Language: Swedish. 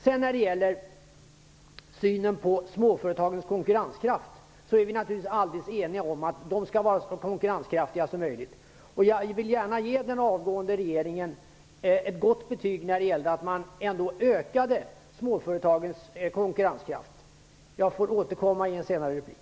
Vi är naturligtvis alldeles eniga om att småföretagen skall vara så konkurrenskraftiga som möjligt. Jag vill gärna ge den avgående regeringen ett gott betyg när det gäller att den ändå ha ökat småföretagens konkurrenskraft. Jag får återkomma till det i en senare replik.